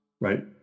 right